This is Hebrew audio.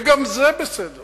גם זה בסדר